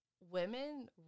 women